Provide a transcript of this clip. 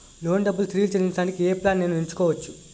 Loan డబ్బులు తిరిగి చెల్లించటానికి ఏ ప్లాన్ నేను ఎంచుకోవచ్చు?